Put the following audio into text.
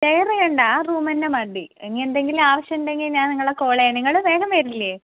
share ചെയ്യേണ്ട ആ room തന്നെ മതി ഇനി എന്തെങ്കിലും ആവശ്യം ഉണ്ടെങ്കിൽ ഞാൻ നിങ്ങളെ കോൾ ചെയ്യാം നിങ്ങൾ വേഗം വരില്ലേ